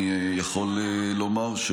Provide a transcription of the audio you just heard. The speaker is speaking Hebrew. לדברים של חבר הכנסת אשר ומישרקי אני יכול לומר,